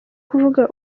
kuvuga